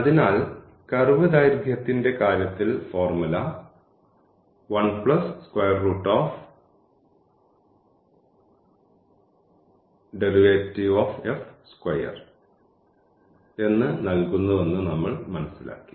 അതിനാൽ കർവ് ദൈർഘ്യത്തിന്റെ കാര്യത്തിൽ formula 1 plus square root of 1 plus derivative square എന്ന് നൽകുന്നുവെന്ന് നമ്മൾ മനസ്സിലാക്കി